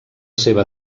seva